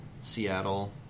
Seattle